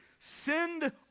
Send